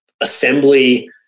assembly